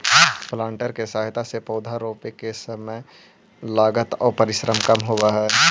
planter के सहायता से पौधा रोपे में समय, लागत आउ परिश्रम कम हो जावऽ हई